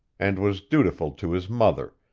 and was dutiful to his mother,